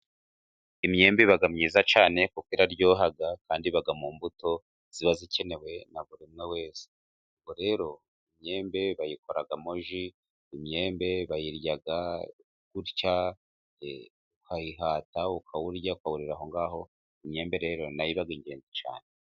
Imyembe iba myiza cyane kuko iraryohaga kandi iba mu mbuto ziba zikenewe na buri umwe wese. Ubwo rero imyembe bayikoramo ji, imyembe bayirya gutya, ukayihata ukawurya, akawurira aho ngaho. Imyembe rero na yo iba ingenzi cyane.